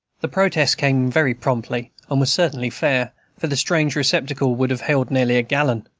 the protest came very promptly, and was certainly fair for the strange receptacle would have held nearly a gallon.